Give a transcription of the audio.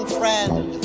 friend